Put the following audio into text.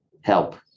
help